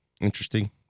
Interesting